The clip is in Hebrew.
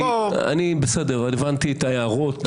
הבנתי את ההערות.